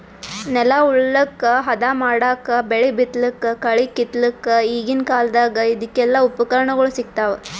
ನೆಲ ಉಳಲಕ್ಕ್ ಹದಾ ಮಾಡಕ್ಕಾ ಬೆಳಿ ಬಿತ್ತಲಕ್ಕ್ ಕಳಿ ಕಿತ್ತಲಕ್ಕ್ ಈಗಿನ್ ಕಾಲ್ದಗ್ ಇದಕೆಲ್ಲಾ ಉಪಕರಣಗೊಳ್ ಸಿಗ್ತಾವ್